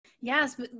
Yes